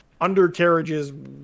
undercarriages